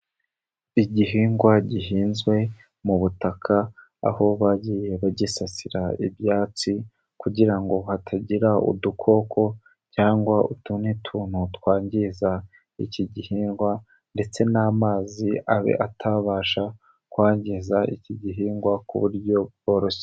Igihingwa gihinzwe mu butaka aho bagiye bagisasira ibyatsi kugira ngo hatagira udukoko, cyangwa utundi tuntu twangiza iki gihingwa, ndetse n'amazi abe atabasha kwangiza iki gihingwa ku buryo bworoshye.